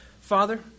Father